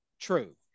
True